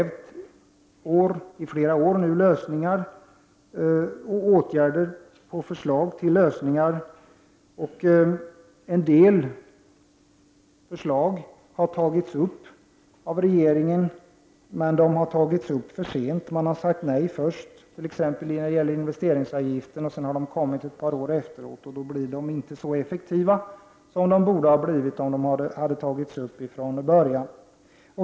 Vi har i flera år krävt åtgärder och lämnat förslag till lösningar. En del förslag har tagits upp av regeringen, men det har skett för sent. Man har först sagt nej, t.ex. i fråga om investeringsavgifter, varpå de har införts efter ett par år och då inte blivit så effektiva som de skulle ha blivit från början.